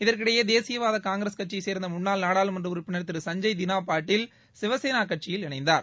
இதற்கிடையே தேசியவாத காங்கிரஸ் கட்சியை சேர்ந்த முன்னாள் நாடாளுமன்ற உறுப்பினா் திரு சஞ்ஜய் திளா பாட்டீல் சிவசேனா கட்சியில் இணைந்தார்